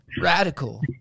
Radical